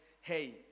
hey